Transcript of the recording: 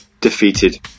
defeated